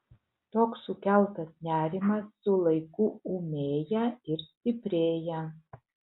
toks sukeltas nerimas su laiku ūmėja ir stiprėja